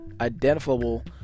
identifiable